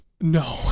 No